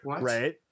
right